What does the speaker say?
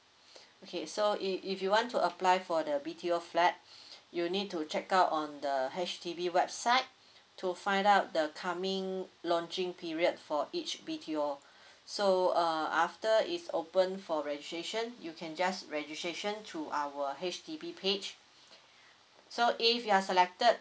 okay so i~ if you want to apply for the B_T_O flat you need to check out on the H_D_B website to find out the coming launching period for each B_T_O so uh after it's open for registration you can just registration through our H_D_B page so if you are selected